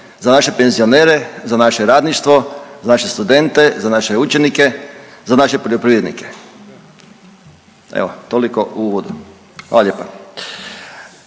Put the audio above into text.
za naše penzionere, za naše radništvo, za naše studente, za naše učenike, za naše poljoprivrednike. Evo, toliko uvodno. Hvala lijepo.